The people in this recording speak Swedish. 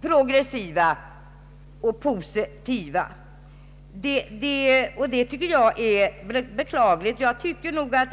progressiva och positiva synpunkter på ”skattepaketet”, och det är beklagligt.